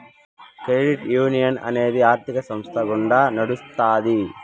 credit union అనేది ఆర్థిక సంస్థ గుండా నడుత్తాది